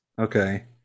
Okay